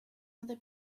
other